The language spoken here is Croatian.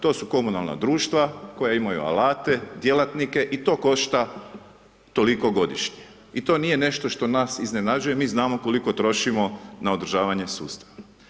To su komunalna društva koje imaju alate, djelatnike i to košta toliko godišnje i to nije nešto što nas iznenađuje, mi znamo koliko trošimo na održavanje sustava.